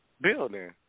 building